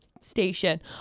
station